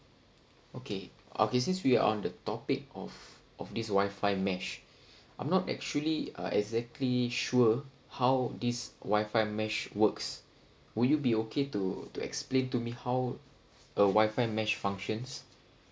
okay okay since we're on the topic of of this wifi mesh I'm not actually uh exactly sure how this wifi mesh works would you be okay to to explain to me how a wifi mesh functions